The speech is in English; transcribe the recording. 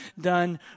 done